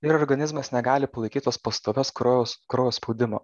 ir organizmas negali palaikyt tos pastovios kraujo kraujo spaudimo